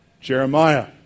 Jeremiah